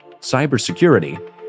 cybersecurity